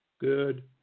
good